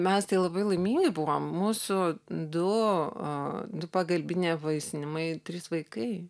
mes tai labai laimingi buvom mūsų du du pagalbiniai apvaisinimai trys vaikai